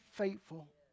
faithful